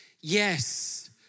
yes